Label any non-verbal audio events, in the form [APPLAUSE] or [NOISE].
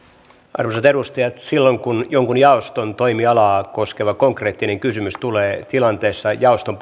arvoisat edustajat silloin kun jonkun jaoston toimialaa koskeva konkreettinen kysymys tulee tilanteessa jaoston [UNINTELLIGIBLE]